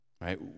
right